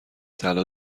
طلا